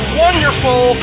wonderful